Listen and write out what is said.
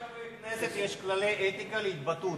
גם לחברי כנסת יש כללי אתיקה להתבטאות,